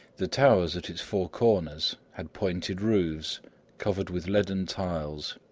the towers at its four corners had pointed roofs covered with leaden tiles,